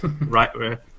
right